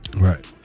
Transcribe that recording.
Right